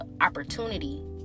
opportunity